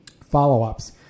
Follow-ups